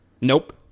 Nope